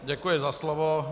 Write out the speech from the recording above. Děkuji za slovo.